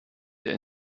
der